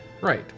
Right